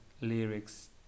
lyrics